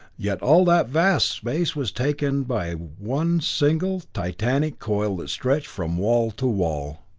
yet all that vast space was taken by one single, titanic coil that stretched from wall to wall!